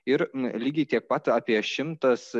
ir lygiai tiek pat apie šimtas